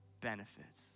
benefits